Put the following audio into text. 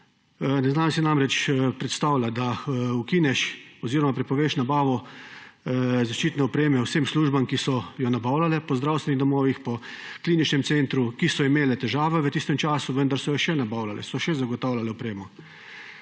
Ne znam si namreč predstavljati, da ukineš oziroma prepoveš nabavo zaščitne opreme vsem službam, ki so jo nabavljale po zdravstvenih domovih, po kliničnem centru, ki so imele težave v tistem času, vendar so jo še nabavljale, so še zagotavljale opremo,